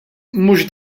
mhux